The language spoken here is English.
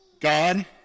God